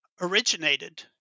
originated